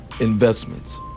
investments